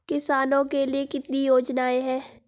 किसानों के लिए कितनी योजनाएं हैं?